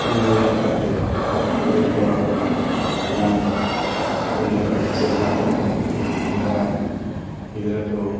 ᱧᱮᱞ ᱠᱟᱛᱮᱫ ᱜᱤᱫᱽᱨᱟᱹ ᱠᱚᱣᱟᱜ ᱟᱜᱟᱢ ᱩᱭᱦᱟᱹᱨ ᱟᱹᱰᱤ ᱪᱮᱦᱨᱟ ᱠᱚ ᱩᱭᱦᱟᱹᱨᱟ ᱜᱤᱫᱽᱨᱟᱹ ᱠᱚ